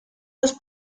los